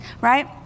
right